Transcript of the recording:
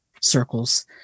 circles